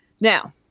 Now